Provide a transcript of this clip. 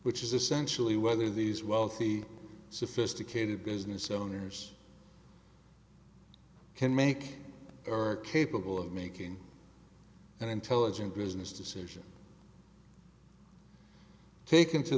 which is essentially whether these wealthy sophisticated business owners can make or are capable of making an intelligent business decision taking to